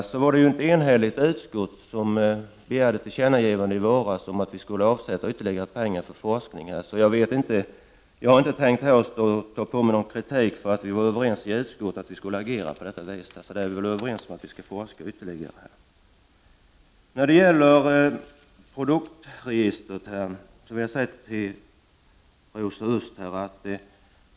Det var ett enhälligt utskott som i våras begärde ett tillkännagivande att vi skulle avsätta ytterligare pengar för forskning. Jag har inte tänkt att ta på mig någon kritik för att vi i utskottet var överens om att vi skulle agera på det viset. Vi är väl överens om att ytterligare forskning skall ske. När det gäller produktregistret vill jag säga följande till Rosa Östh.